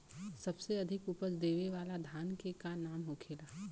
सबसे अधिक उपज देवे वाला धान के का नाम होखे ला?